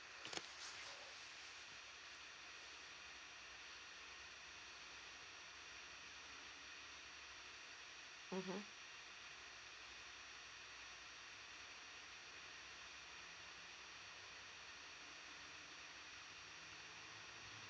mmhmm